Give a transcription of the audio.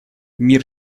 мир